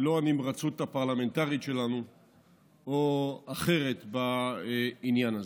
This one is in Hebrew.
ולא הנמרצות הפרלמנטרית שלנו או אחרת בעניין הזה.